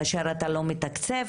כאשר אתה לא מתקצב,